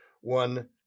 one